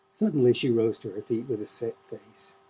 suddenly she rose to her feet with a set face.